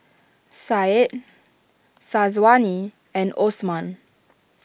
Said Syazwani and Osman